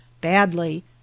badly